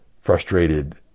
frustrated